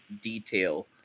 detail